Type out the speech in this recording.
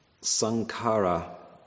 Sankara